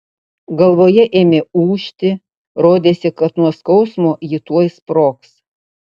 galvoje ėmė ūžti rodėsi kad nuo skausmo ji tuoj sprogs